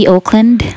Oakland